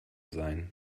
sein